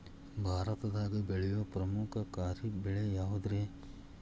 ಭಾರತದಾಗ ಬೆಳೆಯೋ ಪ್ರಮುಖ ಖಾರಿಫ್ ಬೆಳೆ ಯಾವುದ್ರೇ?